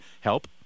help